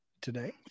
today